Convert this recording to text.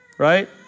right